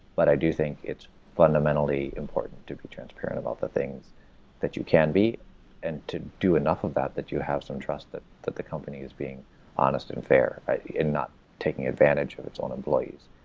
but i do think it's fundamentally important to be transparent about the things that you can be and to do enough of that that you have some trust that that the company is being honest and fair and not taking advantage of its own employees.